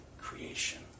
creation